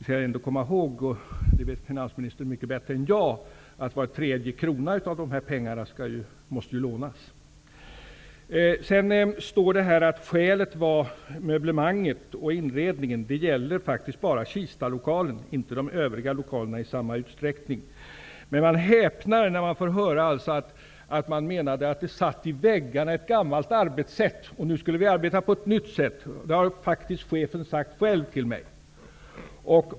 Vi skall ändå komma ihåg -- det vet finansministern mycket bättre än jag -- att var tredje krona av de här pengarna måste lånas. I svaret står det att skälet var inredningen och möblemanget. Det argumentet gäller faktiskt bara Kistalokalen, inte -- i varje fall inte i samma utsträckning -- de övriga lokalerna. Man häpnar när man får höra att Skolverket menar att ett gammalt arbetssätt satt i väggarna, och nu skulle man ju arbeta på ett nytt sätt -- det har faktiskt chefen själv sagt till mig.